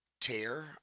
tear